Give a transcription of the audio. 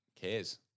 cares